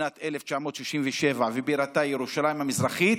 בשנת 1967, ובירתה ירושלים המזרחית,